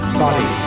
body